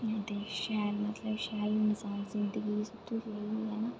ते शैल मतलब शैल मजेदार जिंदगी जेह्ड़ी है ना